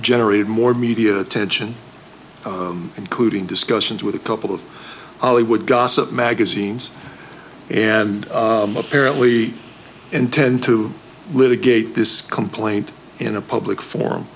generated more media attention including discussions with a couple of ollywood gossip magazines and apparently intend to litigate this complaint in a public forum